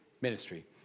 ministry